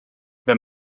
wenn